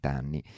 anni